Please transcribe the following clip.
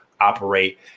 operate